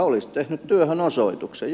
olisin tehnyt työhönosoituksen